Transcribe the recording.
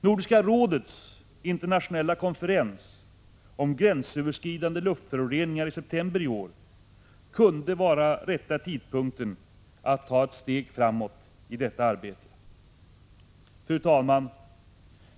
Nordiska rådets internationella konferens i september i år om gränsöverskridande luftföroreningar kan vara den rätta tidpunkten att ta ett steg framåt i detta arbete. Fru talman!